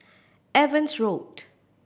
Evans Road